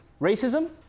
racism